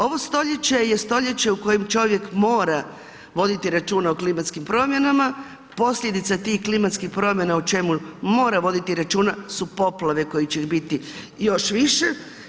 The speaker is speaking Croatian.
Ovo stoljeće je stoljeće u kojem čovjek mora voditi računa o klimatskim promjenama, posljedice tih klimatskih promjena o čemu mora voditi računa su poplave kojih će ih biti još više.